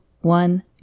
one